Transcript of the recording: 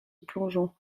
plongeon